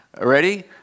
Ready